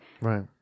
Right